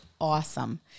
awesome